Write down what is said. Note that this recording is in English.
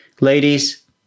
Ladies